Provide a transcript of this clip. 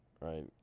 right